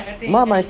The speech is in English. mama